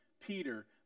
Peter